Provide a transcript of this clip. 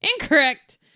Incorrect